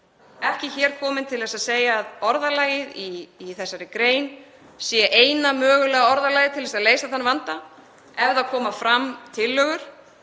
ekki komin til að segja að orðalagið í þessari grein sé eina mögulega orðalagið til að leysa þann vanda ef það koma fram tillögur